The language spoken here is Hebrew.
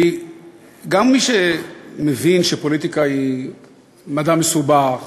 כי גם מי שמבין שפוליטיקה היא מדע מסובך